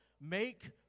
make